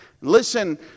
Listen